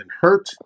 hurt